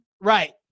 Right